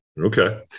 Okay